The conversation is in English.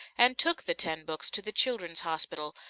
and took the ten books to the childrens' hospital,